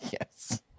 Yes